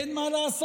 אין מה לעשות,